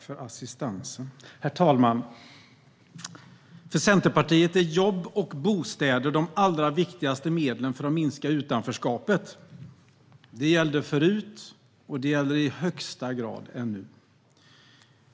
Herr talman! För Centerpartiet är jobb och bostäder de allra viktigaste medlen för att minska utanförskapet. Det gällde förut, och det gäller i högsta grad ännu.